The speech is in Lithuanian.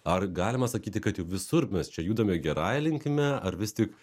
ar galima sakyti kad jau visur mes čia judame gerąja linkme ar vis tik